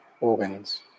organs